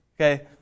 Okay